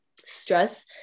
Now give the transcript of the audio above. stress